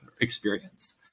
experience